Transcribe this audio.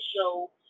show